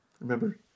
Remember